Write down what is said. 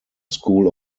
school